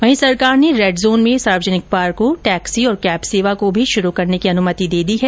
वहीं सरकार ने रेड जोन में सार्वजनिक पार्को टैक्सी और कैब सेवा को भी शुरू करने की अनुमति दे दी है